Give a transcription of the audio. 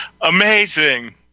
Amazing